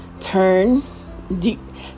turn